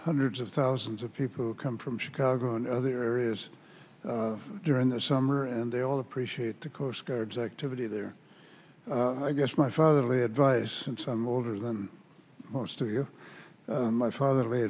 hundreds of thousands of people who come from chicago and other areas during the summer and they all appreciate the coastguards activity there i guess my father lee advice and some older than most of you my father